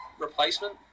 replacement